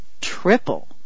triple